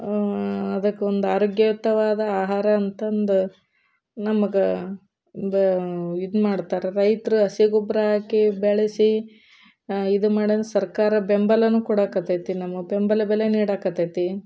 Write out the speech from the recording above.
ಅದಕ್ಕೊಂದು ಆರೋಗ್ಯಯುತವಾದ ಆಹಾರ ಅಂತಂದು ನಮ್ಗೆ ಒಂದು ಇದು ಮಾಡ್ತಾರೆ ರೈತರು ಹಸಿ ಗೊಬ್ಬರ ಹಾಕಿ ಬೆಳೆಸಿ ಇದು ಮಾಡೋದು ಸರ್ಕಾರ ಬೆಂಬಲನೂ ಕೊಡಕ್ಕತೈತಿ ನಮ್ಗೆ ಬೆಂಬಲ ಬೆಲೆ ನೀಡಕ್ಕತೈತಿ